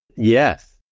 Yes